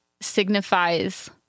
signifies